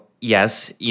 yes